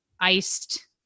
iced